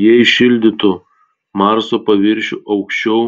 jie įšildytų marso paviršių aukščiau